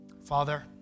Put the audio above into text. Father